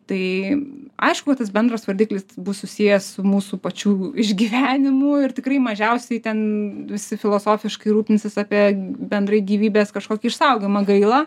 tai aiškukad tas bendras vardiklis bus susijęs su mūsų pačių išgyvenimu ir tikrai mažiausiai ten visi filosofiškai rūpinsis apie bendrąi gyvybės kažkokį išsaugojimą gaila